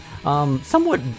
somewhat